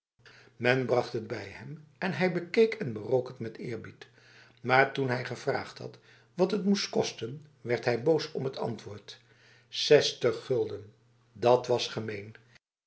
men bracht het bij hem en hij bekeek en berook het met eerbied maar toen hij gevraagd had wat het moest kosten werd hij boos om het antwoord zestig gulden dat was gemeen